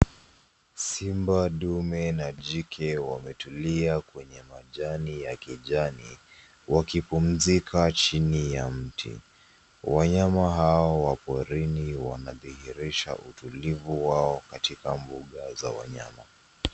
Simba dume na jike wametulia kwenye majani ya kijani wakipumuzika chini ya mti. Wanyama hao wa porini wanadhihirisha utulivu wao katika mbuga za wanyama.